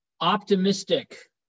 Optimistic